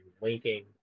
linking